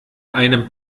einem